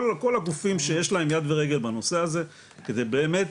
כל הגופים שיש להם יד ורגל בנושא הזה כדי באמת